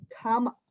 come